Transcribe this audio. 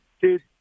dude